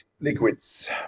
Liquids